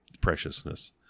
preciousness